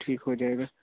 ठीक हो जाएगा